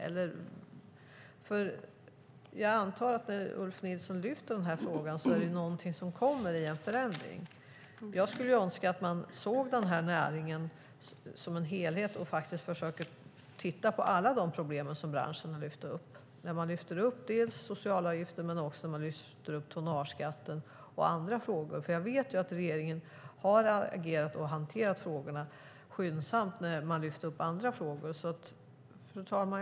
Jag antar att om Ulf Nilsson lyfter upp frågan är det fråga om en kommande förändring. Jag skulle önska att man ser näringen som en helhet och försöker titta på alla de problem som branschen lyfter upp. Branschen lyfter upp socialavgifter, tonnageskatten och andra frågor. Jag vet att regeringen har agerat och hanterat frågorna skyndsamt i samband med att andra frågor har lyfts fram. Fru talman!